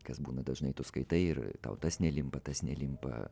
kas būna dažnai tu skaitai ir tau tas nelimpa tas nelimpa